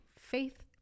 faith